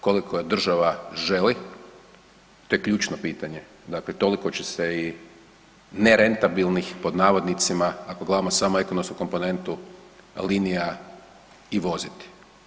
Koliko država želi, to je ključno pitanje, dakle toliko će se i „nerentabilnih“ ako gledamo samo ekonomsku komponentu, linija i voziti.